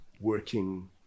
working